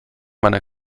meiner